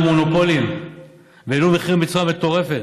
מונופולים והעלו מחירים בצורה מטורפת?